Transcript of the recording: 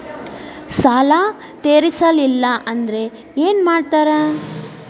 ಸಾಲ ತೇರಿಸಲಿಲ್ಲ ಅಂದ್ರೆ ಏನು ಮಾಡ್ತಾರಾ?